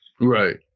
Right